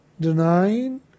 denying